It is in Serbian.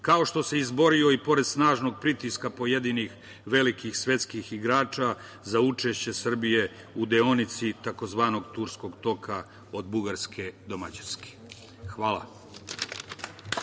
kao što se izborio i pored snažnog pritiska pojedinih velikih svetskih igrača za učešće Srbije u deonici tzv. Turskog toka od Bugarske do Mađarske. Hvala.